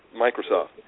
Microsoft